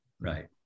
Right